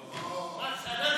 אוה, מה,